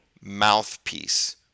mouthpiece